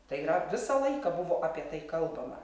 tai yra visą laiką buvo apie tai kalbama